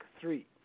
three